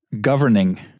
Governing